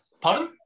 Pardon